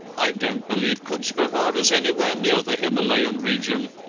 i don't believe cutch behar is anywhere near the himalayan region,